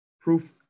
proof